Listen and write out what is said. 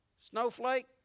Snowflake